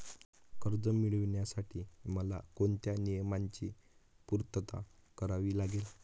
कर्ज मिळविण्यासाठी मला कोणत्या नियमांची पूर्तता करावी लागेल?